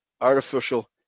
artificial